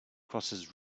crosses